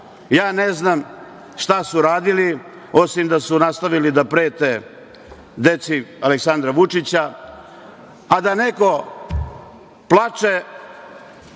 Ne znam šta su radili, osim da su nastavili da prete deci Aleksandra Vučića. A, da neko plače,